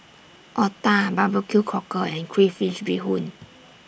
Otah Barbecue Cockle and Crayfish Beehoon